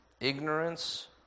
ignorance